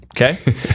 Okay